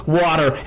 water